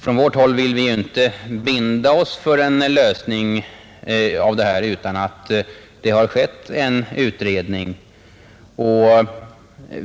Från vårt håll vill vi inte binda oss för en lösning av denna fråga utan utredning.